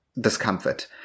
discomfort